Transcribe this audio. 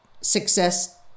success